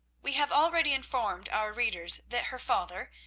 we have already informed our readers that her father,